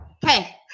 Hey